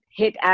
hit